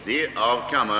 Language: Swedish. Herr talman!